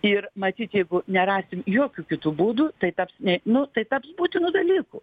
ir matyt jeigu nerasime jokių kitų būdų tai taps ne nu tai taps būtinu dalyku